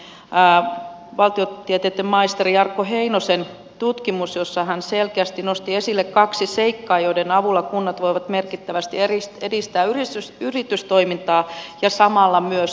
viimeisessä polemiikissa oli valtiotieteitten maisteri jarkko heinosen tutkimus jossa hän selkeästi nosti esille kaksi seikkaa joiden avulla kunnat voivat merkittävästi edistää yritystoimintaa ja samalla myös tuottavuutta